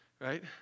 right